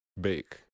bake